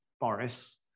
boris